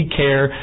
care